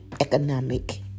economic